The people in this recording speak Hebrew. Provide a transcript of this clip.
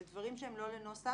זה דברים שהם לא נוסח,